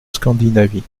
scandinavie